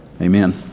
Amen